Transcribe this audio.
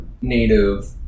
native